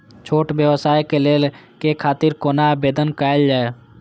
छोट व्यवसाय के लोन के खातिर कोना आवेदन कायल जाय?